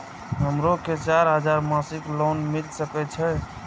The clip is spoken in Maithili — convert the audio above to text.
हमरो के चार हजार मासिक लोन मिल सके छे?